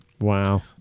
Wow